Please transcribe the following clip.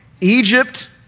Egypt